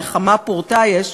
נחמה פורתא יש,